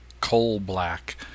coal-black